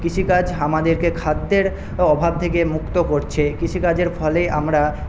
কৃষিকাজ আমাদেরকে খাদ্যের অভাব থেকে মুক্ত করছে কৃষিকাজের ফলেই আমরা